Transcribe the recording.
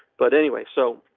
but anyway so.